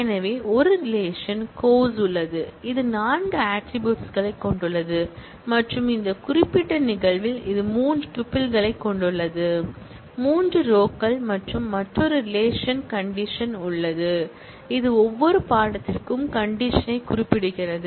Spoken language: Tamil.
எனவே ஒரு ரிலேஷன் கோர்ஸ் உள்ளது இது நான்கு ஆட்ரிபூட்ஸ் களைக் கொண்டுள்ளது மற்றும் இந்த குறிப்பிட்ட நிகழ்வில் இது மூன்று டுபில்களைக் கொண்டுள்ளது மூன்று ரோகள் மற்றும் மற்றொரு ரிலேஷன் கண்டிஷன் உள்ளது இது ஒவ்வொரு பாடத்திற்கும் கண்டிஷன் யைக் குறிப்பிடுகிறது